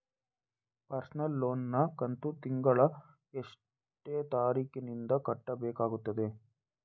Personal loan ನ ಕಂತು ತಿಂಗಳ ಎಷ್ಟೇ ತಾರೀಕಿನಂದು ಕಟ್ಟಬೇಕಾಗುತ್ತದೆ?